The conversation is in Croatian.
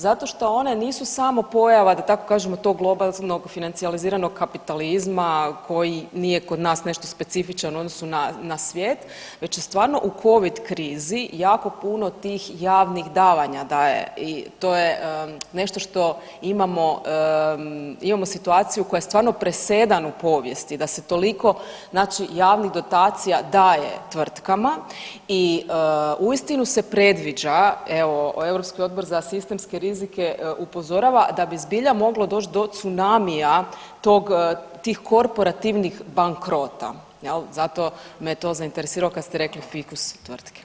Zato što one nisu samo pojava da tako kažemo tog globalnog financionaliziranog kapitalizma koji nije kod nas nešto specifičan u odnosu na, na svijet već je stvarno u covid krizi jako puno tih javnih davanja daje i to je nešto što imamo, imamo situaciju koja je stvarno presedan u povijesti da se toliko znači javnih dotacija daje tvrtkama i uistinu se predviđa, evo Europski odbor za sistemske rizike upozorava da bi zbilja moglo doć do tsunamija tog, tih korporativnih bankrota jel, zato me to zainteresiralo kad ste rekli fikus tvrtke.